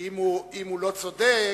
כי אם הוא צודק,